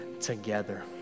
together